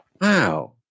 wow